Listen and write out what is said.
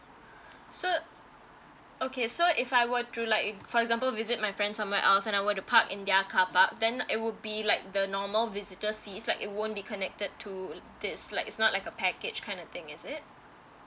so okay so if I were to like for example visit my friends someone else and I were to park in their carpark then it would be like the normal visitors fees like it won't be connected to this like it's not like a package kind of thing is it